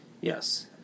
Yes